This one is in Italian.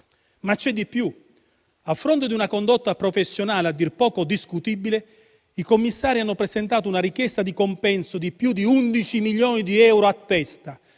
C'è di più: a fronte di una condotta professionale a dir poco discutibile, i commissari hanno presentato una richiesta di compenso di oltre 11 milioni di euro a testa,